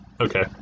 Okay